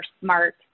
smart